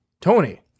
Tony